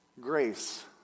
grace